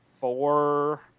four